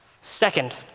Second